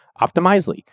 Optimizely